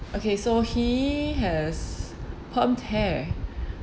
okay so he has permed hair